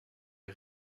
est